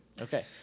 Okay